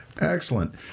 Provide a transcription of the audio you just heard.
Excellent